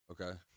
okay